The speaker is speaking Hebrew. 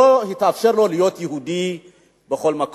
שלא התאפשר לו להיות יהודי בכל מקום.